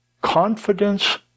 confidence